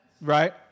right